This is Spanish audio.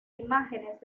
imágenes